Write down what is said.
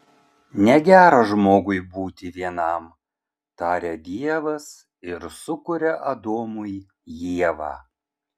negera žmogui būti vienam taria dievas ir sukuria adomui ievą